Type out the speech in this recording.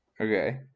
Okay